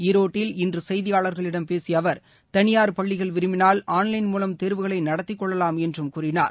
ஈரோட்டில் இன்று செய்தியாளர்களிடம் பேசிய அவர் தனியார் பள்ளிகள் விரும்பினால் ஆன்லைன் மூலம் தேர்வுகளை நடத்திக்கொள்ளலாம் என்றும் கூறினார்